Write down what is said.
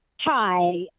Hi